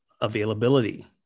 availability